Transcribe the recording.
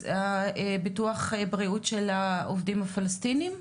הביטוח בריאות של העובדים הפלשתינים?